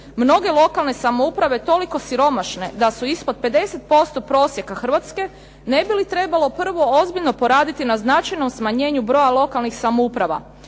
mnoge lokalne samouprave toliko siromašne da su ispod 50% prosjeka Hrvatske, ne bi li trebalo prvo ozbiljno poraditi na značajnoj smanjenju broja lokalnih samouprava.